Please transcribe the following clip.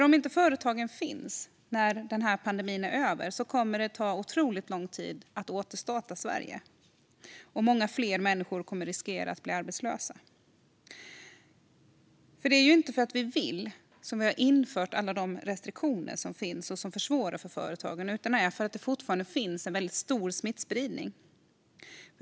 Om inte företagen finns när pandemin är över kommer det att ta otroligt lång tid att återstarta Sverige, och många fler människor kommer att riskera att bli arbetslösa. Det är ju inte för att vi vill som vi har infört alla de restriktioner som finns och som försvårar för företagen, utan det är för att det fortfarande finns en väldigt stor smittspridning.